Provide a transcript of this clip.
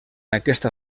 aquesta